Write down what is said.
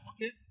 Okay